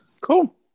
cool